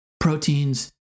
proteins